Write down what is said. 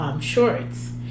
shorts